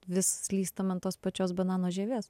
vis slystam ant tos pačios banano žievės